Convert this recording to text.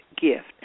gift